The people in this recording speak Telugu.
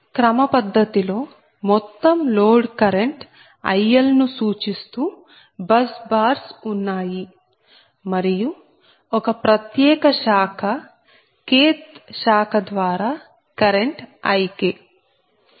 క్రమపద్ధతిలో మొత్తం లోడ్ కరెంట్ IL ను సూచిస్తూ బస్ బార్స్ ఉన్నాయి మరియు ఒక ప్రత్యేక శాఖ Kth శాఖ ద్వారా కరెంట్ IK